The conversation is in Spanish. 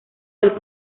del